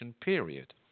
period